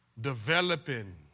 developing